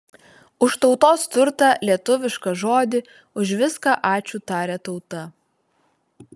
už tautos turtą lietuvišką žodį už viską ačiū taria tauta